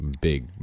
Big